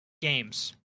Games